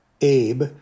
Abe